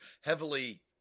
heavily